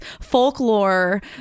folklore